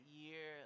year